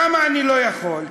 למה אני לא יכול?